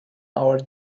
our